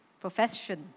profession